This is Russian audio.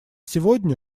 сегодня